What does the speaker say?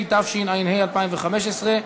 התשע"ה 2015,